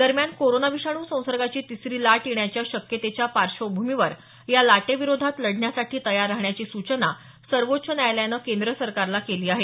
दरम्यान कोरोना विषाणू संसर्गाची तिसरी लाट येण्याच्या शक्यतेच्या पार्श्वभूमीवर या लाटेविरोधात लढण्यासाठी तयार राहण्याची सूचना सर्वोच्च न्यायालयानं केंद्र सरकारला केली आहे